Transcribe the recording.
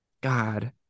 God